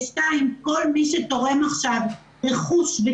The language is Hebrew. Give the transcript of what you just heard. ושניים כל מי שתורם עכשיו ברכוש,